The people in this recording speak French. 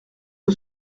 que